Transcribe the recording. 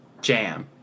jam